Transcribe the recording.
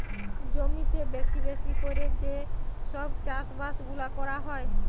জমিতে বেশি বেশি ক্যরে যে সব চাষ বাস গুলা ক্যরা হ্যয়